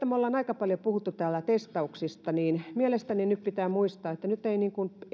me olemme aika paljon puhuneet täällä testauksista mielestäni nyt pitää muistaa että nyt eivät